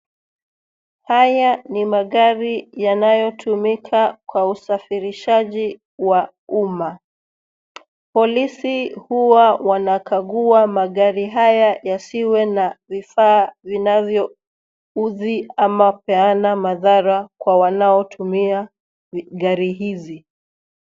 Haya ni magari yanayotumika kwa usafirishaji wa umma. Polisi huwa wanakagua magari haya yasiwe na vifaa vinavyo udhi ama peana mathara kwa wanao tumia gari hizi.